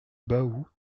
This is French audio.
baou